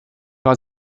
war